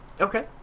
Okay